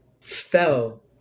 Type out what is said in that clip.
fell